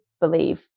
believe